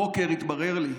הבוקר התברר לי,